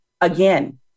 again